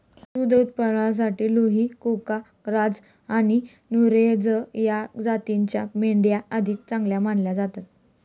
दुध उत्पादनासाठी लुही, कुका, ग्राझ आणि नुरेझ या जातींच्या मेंढ्या अधिक चांगल्या मानल्या जातात